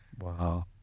Wow